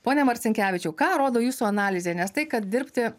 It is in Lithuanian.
pone marcinkevičiaus ką rodo jūsų analizė nes tai kad dirbti